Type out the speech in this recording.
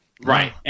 Right